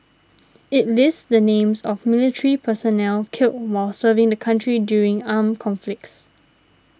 it lists the names of military personnel killed while serving the country during armed conflicts